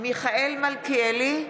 מיכאל מלכיאלי,